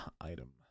item